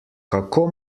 kako